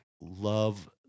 Love